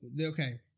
okay